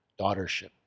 daughtership